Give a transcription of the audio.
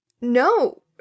No